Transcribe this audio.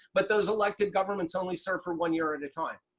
but those elected governments only serve for one year at a time.